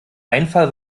einfall